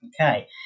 Okay